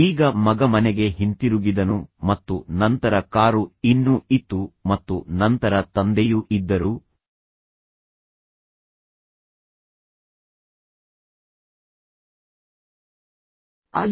ಈಗ ಮಗ ಮನೆಗೆ ಹಿಂತಿರುಗಿದನು ಮತ್ತು ನಂತರ ಕಾರು ಇನ್ನೂ ಇತ್ತು ಮತ್ತು ನಂತರ ತಂದೆಯೂ ಇದ್ದರು ಅಲ್ಲಿ